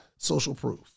socialproof